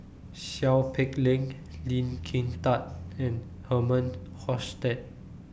Seow Peck Leng Lee Kin Tat and Herman Hochstadt